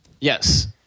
Yes